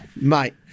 mate